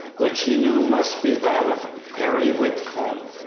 which he knew must be that of harry whitcomb.